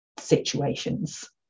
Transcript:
situations